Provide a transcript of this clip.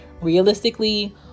Realistically